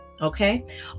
Okay